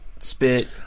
spit